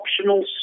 optional